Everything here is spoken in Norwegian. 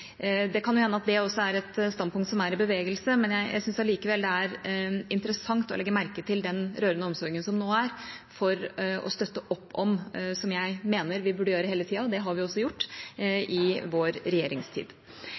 Det kan hende at det også er et standpunkt som er i bevegelse, men jeg syns allikevel det er interessant å legge merke til den rørende omsorgen som nå er for å støtte opp om det – som jeg mener vi burde gjøre hele tida, og det har vi også gjort i vår regjeringstid.